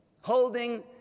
holding